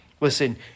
Listen